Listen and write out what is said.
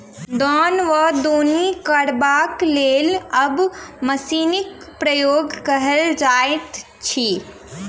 दौन वा दौनी करबाक लेल आब मशीनक प्रयोग कयल जाइत अछि